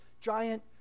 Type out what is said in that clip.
giant